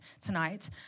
tonight